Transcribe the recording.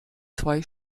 zwei